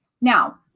Now